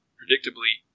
predictably